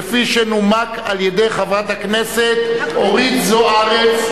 כפי שנומקה על-ידי חברת הכנסת אורית זוארץ.